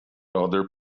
other